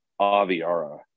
Aviara